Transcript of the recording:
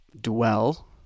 dwell